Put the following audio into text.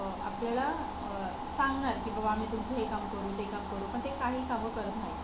आपल्याला सांगणार की बाबा आम्ही तुमचं हे काम करू ते काम करू पण ते काही कामं करत नाहीत